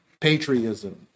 patriotism